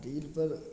रीलपर